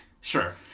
Sure